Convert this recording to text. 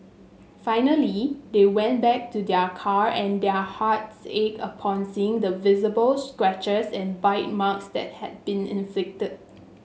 finally they went back to their car and their hearts ached upon seeing the visible scratches and bite marks that had been inflicted